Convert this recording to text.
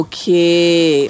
Okay